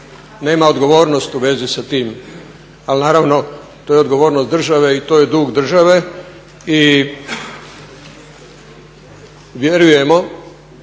nema odgovornost u vezi sa tim, ali naravno to je odgovornost države i to je dug države. I vjerujemo